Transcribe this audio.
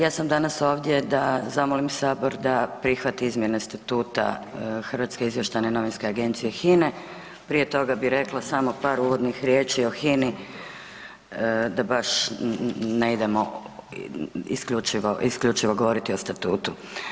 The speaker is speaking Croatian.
Ja sam danas ovdje da zamolim Sabor da prihvati izmjene statuta Hrvatske izvještajne novinske agencije, HINA-e, prije toga bi rekla samo par uvodnih riječi o HINA-i da baš ne idemo isključivo govoriti o statutu.